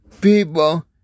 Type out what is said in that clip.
people